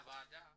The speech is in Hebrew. הוועדה,